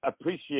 appreciate